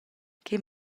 che